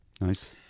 Nice